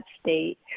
state